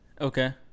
Okay